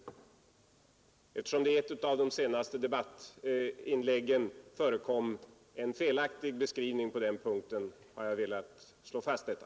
Eftersom det i ett av de senaste debattinläggen förekom en felaktig beskrivning på den punkten, har jag velat slå fast detta.